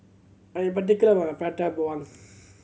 I am particular about Prata Bawang